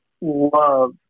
love